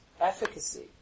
efficacy